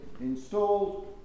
installed